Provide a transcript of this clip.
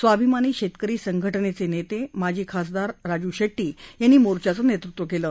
स्वाभिमानी शेतकरी संघटनेचे नेते माजी खासदार राजू शेट्टी यांनी मोर्च्याचे नेतृत्व केले